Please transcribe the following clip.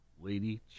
Lady